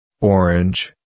orange